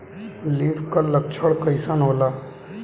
Leaf curl लक्षण कइसन होला?